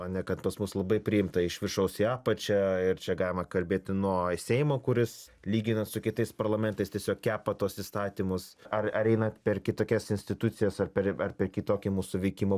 o ne kad pas mus labai priimta iš viršaus į apačią ir čia galima kalbėti nuo seimo kuris lyginant su kitais parlamentais tiesiog kepa tuos įstatymus ar ar eina per kitokias institucijas ar per ar per kitokį mūsų veikimo